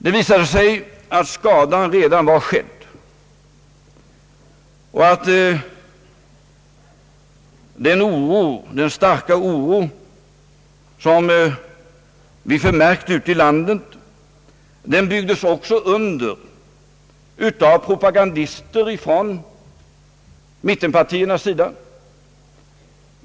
Det visade sig att skadan redan var skedd och att den starka oro som vi förmärkt ute i landet också underbyggdes av propagandister från mittenpartiernas sida.